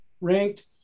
ranked